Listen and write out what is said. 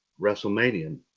WrestleMania